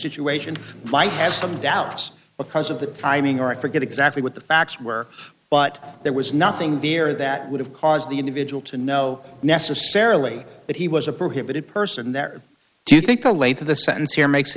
situation might have some doubts because of the timing or i forget exactly what the facts were but there was nothing there that would have caused the individual to know necessarily that he was a prohibited person there do you think a late in the sentence here makes a